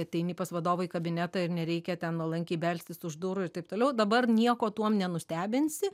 ateini pas vadovą į kabinetą ir nereikia ten nuolankiai belstis už durų ir taip toliau dabar nieko tuom nenustebinsi